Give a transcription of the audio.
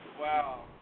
Wow